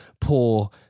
poor